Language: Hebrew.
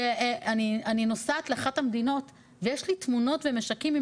שאני נוסעת לאחת המדינות ויש לי תמונות וממשקים אם